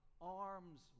arms